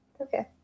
Okay